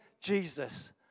Jesus